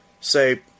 say